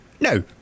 No